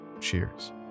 Cheers